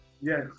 Yes